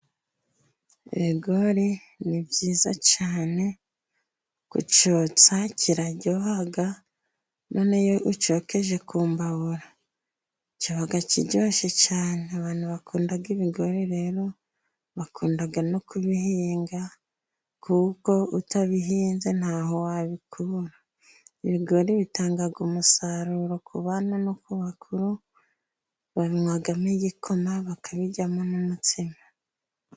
Ibigori ni byiza cyane kucyotsa kiraryoha, noneho iyo ucyokeje ku mbabura kiba kiryoshye cyane, abantu bakunda ibigori rero bakunda no kubihinga, kuko utabihinze ntaho wabikura. Ibigori bitanga umusaruro ku bana no ku bakuru, babinwamo igikoma bakabiryamo n'umutsima.